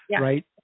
Right